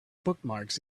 bookmarks